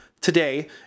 today